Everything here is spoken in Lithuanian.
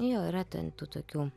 jo yra tų tokių